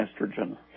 estrogen